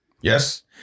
yes